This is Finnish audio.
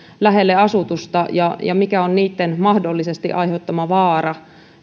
lähelle asutusta ja ja mikä on niitten mahdollisesti aiheuttama vaara